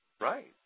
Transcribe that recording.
Right